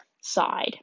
side